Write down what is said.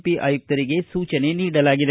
P ಆಯುಕ್ತರಿಗೆ ಸೂಚನೆ ನೀಡಲಾಗಿದೆ